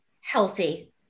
healthy